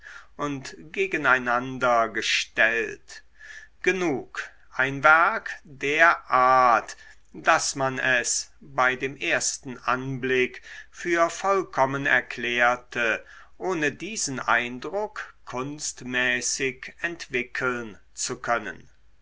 und gegeneinander gestellt genug ein werk der art daß man es bei dem ersten anblick für vollkommen erklärte ohne diesen eindruck kunstmäßig entwickeln zu können